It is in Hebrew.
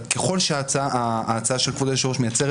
ככל שההצעה של כבוד היושב ראש מייצרת